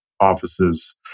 offices